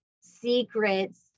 secrets